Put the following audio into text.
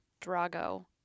Drago